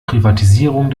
privatisierung